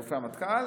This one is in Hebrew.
אלופי המטכ"ל,